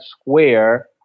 Square